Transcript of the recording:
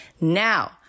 Now